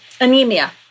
anemia